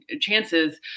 chances